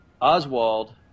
Oswald